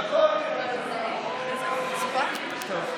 (חבר הכנסת איתמר בן גביר יוצא מאולם המליאה.)